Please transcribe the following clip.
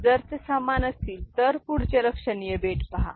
जर ते समान असतील तर पुढचे लक्षणीय बीट पहा